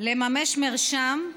לממש מרשם,